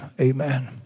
Amen